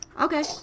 Okay